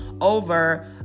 over